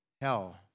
Hell